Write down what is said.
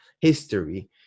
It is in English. history